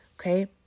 Okay